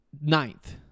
Ninth